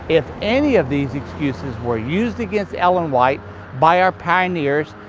if any of these excuses were used against ellen white by our pioneers,